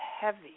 heavy